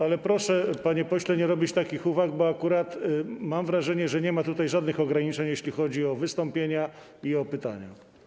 Ale proszę, panie pośle, nie robić takich uwag, bo mam wrażenie, że akurat nie ma tutaj żadnych ograniczeń, jeśli chodzi o wystąpienia i o pytania.